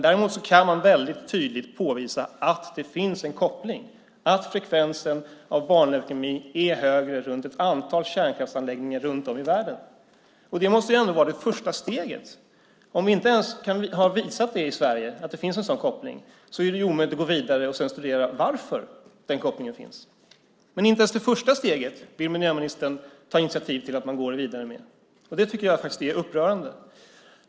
Däremot kan man tydligt påvisa att det finns en koppling, att frekvensen av barnleukemi är högre runt ett antal kärnkraftsanläggningar runt om i världen. Det första steget måste väl vara att påvisa detta. Om vi i Sverige inte ens har visat att det finns en sådan koppling är det omöjligt att gå vidare och studera varför den kopplingen finns. Men inte ens det första steget vill miljöministern ta initiativ till att gå vidare med. Det tycker jag är upprörande.